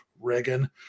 Reagan